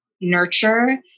nurture